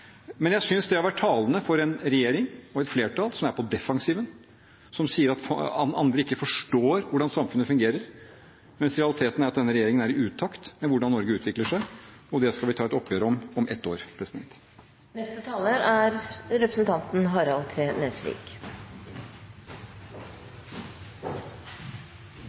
Men jeg synes det har vært talende for en regjering og et flertall som er på defensiven, og som sier at andre ikke forstår hvordan samfunnet fungerer. Realiteten er at denne regjeringen er i utakt med hvordan Norge utvikler seg, og det skal vi ta et oppgjør med om ett år. Jeg kan berolige representanten Gahr Støre. Det er